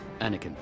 Anakin